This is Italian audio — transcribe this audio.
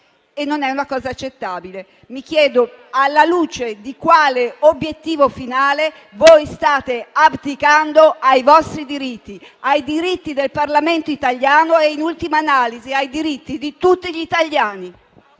Non è una cosa accettabile. Mi chiedo alla luce di quale obiettivo finale stiate abdicando ai vostri diritti, ai diritti del Parlamento italiano e, in ultima analisi, ai diritti di tutti gli italiani.